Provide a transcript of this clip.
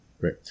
Right